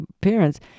parents